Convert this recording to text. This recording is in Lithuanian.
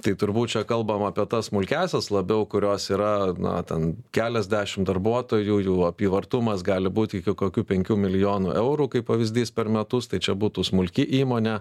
tai turbūt čia kalbam apie tas smulkiąsias labiau kurios yra na ten keliasdešim darbuotojų jų apyvartumas gali būt iki kokių penkių milijonų eurų kaip pavyzdys per metus tai čia būtų smulki įmonė